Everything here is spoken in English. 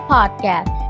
Podcast